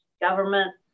government